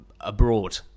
abroad